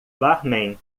barman